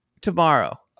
tomorrow